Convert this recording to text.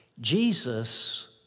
Jesus